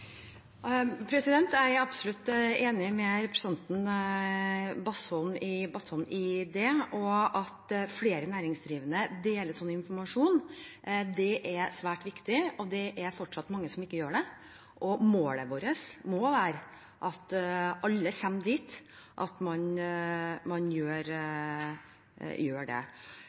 Jeg er absolutt enig med representanten Bastholm i det. At flere næringsdrivende deler slik informasjon, er svært viktig, og det er fortsatt mange som ikke gjør det. Målet vårt må være at alle kommer dit at man gjør det. Det